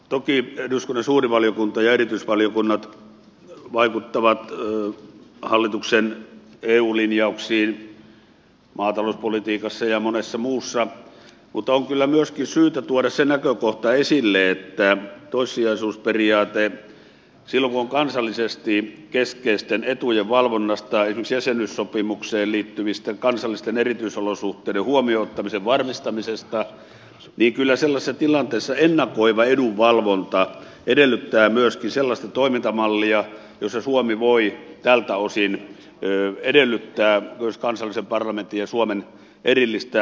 toki eduskunnan suuri valiokunta ja erityisvaliokunnat vaikuttavat hallituksen eu linjauksiin maatalouspolitiikassa ja monessa muussa mutta on kyllä myöskin syytä tuoda se näkökohta esille että mitä tulee toissijaisuusperiaatteeseen silloin kun kyse on kansallisesti keskeisten etujen valvonnasta esimerkiksi jäsenyyssopimukseen liittyvistä kansallisten erityisolosuhteiden huomioon ottamisen varmistamisesta niin kyllä sellaisessa tilanteessa ennakoiva edunvalvonta edellyttää myöskin sellaista toimintamallia jossa suomi voi tältä osin edellyttää myös kansallisen parlamentin ja suomen erillistä puhevaltaa